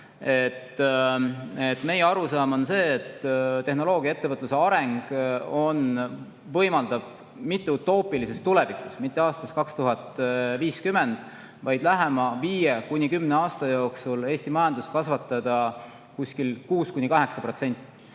Meie arusaam on see, et tehnoloogiaettevõtluse areng võimaldab mitte utoopilises tulevikus, mitte aastaks 2050, vaid lähema 5–10 aasta jooksul Eesti majandust kasvatada kuskil 6–8%.